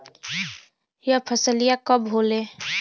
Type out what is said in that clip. यह फसलिया कब होले?